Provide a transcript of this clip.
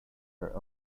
her